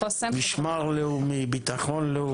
משמר לאומי, ביטחון לאומי, חוסן.